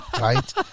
right